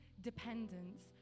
dependence